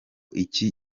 iki